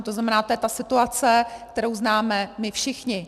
To znamená, to je ta situace, kterou známe my všichni.